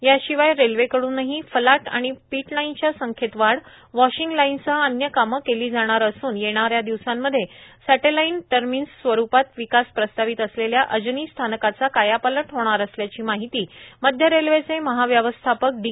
या शिवाय रेल्वेकड्डनही फलाट आणि पीटलाईनच्या संख्येत वाढ वॉशींग लाईनसह अन्य कामे केली जाणार असून येणाऱ्या दिवसांमध्ये सॅटेलाईन टर्मिन्स स्वरूपात विकास प्रस्तावित असलेल्या अजनी स्थानकाचा कायापालट होणार असल्याची माहिती मध्य रेल्वेचे महाव्यवस्थापक डी